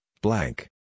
blank